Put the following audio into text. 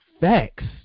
facts